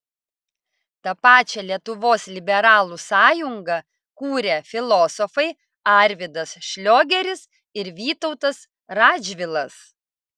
tą pačią lietuvos liberalų sąjungą kūrė filosofai arvydas šliogeris ir vytautas radžvilas